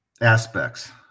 aspects